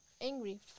angry